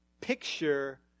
Picture